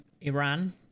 Iran